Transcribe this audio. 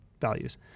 values